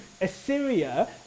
Assyria